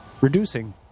reducing